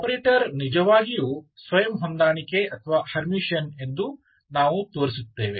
operator ನಿಜವಾಗಿಯೂ ಸ್ವಯಂ ಹೊಂದಾಣಿಕೆ ಅಥವಾ ಹರ್ಮಿಟಿಯನ್ ಎಂದು ನಾವು ತೋರಿಸುತ್ತೇವೆ